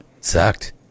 sucked